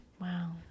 Wow